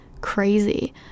crazy